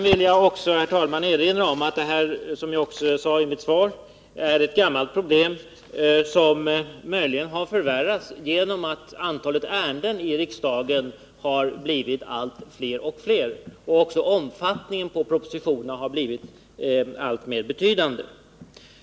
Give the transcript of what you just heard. Vidare har jag erinrat om att den stora arbetsbelastningen under slutet av riksmötet är ett gammalt problem, som möjligen har förvärrats genom att antalet ärenden i riksdagen har blivit allt större och större och att även propositionernas omfattning blivit alltmer betydande.